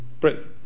Britain